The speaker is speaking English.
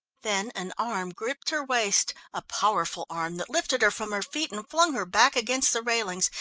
then an arm gripped her waist, a powerful arm that lifted her from her feet and flung her back against the railings,